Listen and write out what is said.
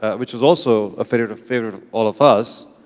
ah which is also a favorite favorite all of us,